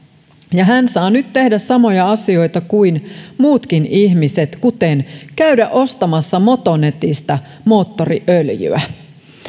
lisääntynyt hän saa nyt tehdä samoja asioita kuin muutkin ihmiset kuten käydä ostamassa motonetista moottoriöljyä